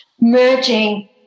merging